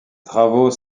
travaux